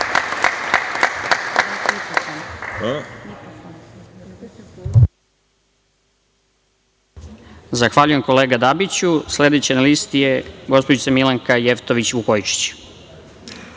Zahvaljujem, kolega Dabiću. Sledeći na listi je gospođa Milanka Jevtović Vukojičić.